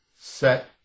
set